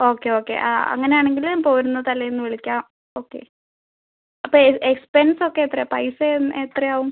okay okay ആ അങ്ങനെയാണെങ്കിൽ ഞാൻ പോരുന്ന തലേന്ന് വിളിക്കാം ഓക്കെ അപ്പം എ എക്സ്പെൻസ് ഒക്കെ എത്രയാണ് പൈസയും എത്രയാവും